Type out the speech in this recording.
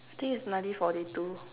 think is nineteen forty two